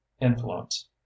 influence